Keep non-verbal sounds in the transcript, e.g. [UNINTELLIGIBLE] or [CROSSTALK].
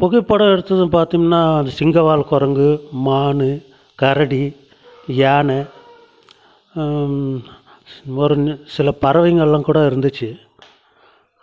புகைப்படம் எடுத்ததும் பார்த்திங்கன்னா அந்த சிங்கவால் குரங்கு மான் கரடி யானை [UNINTELLIGIBLE] சில பறவைங்கெல்லாம் கூட இருந்துச்சு